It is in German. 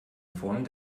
form